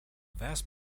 vast